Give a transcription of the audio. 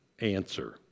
answer